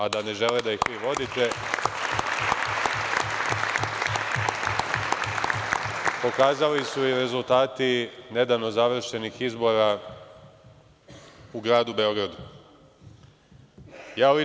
A da ne žele da ih vi vodite, pokazali su i rezultati nedavno završenih izbora u gradu Beogradu.